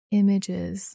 images